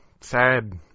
sad